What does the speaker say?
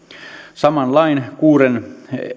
saman lain kuudennessa